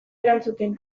erantzuten